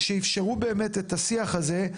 שאפשרו את השיח הזה.